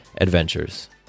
adventures